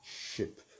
ship